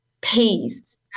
peace